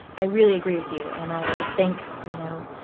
i really agree with you. and i think, you know,